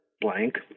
blank